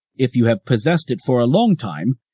if you have possessed it for a long time,